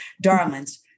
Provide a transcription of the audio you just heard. darlings